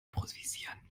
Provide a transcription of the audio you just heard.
improvisieren